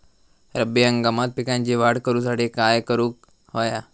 रब्बी हंगामात पिकांची वाढ करूसाठी काय करून हव्या?